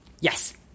Yes